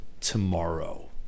tomorrow